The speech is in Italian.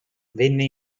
venne